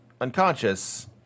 unconscious